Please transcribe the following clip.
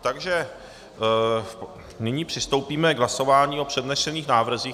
Takže nyní přistoupíme k hlasování o přednesených návrzích.